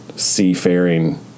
seafaring